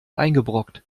eingebrockt